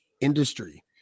industry